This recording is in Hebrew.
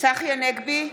צחי הנגבי,